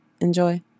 Enjoy